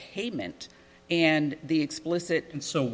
pavement and the explicit and so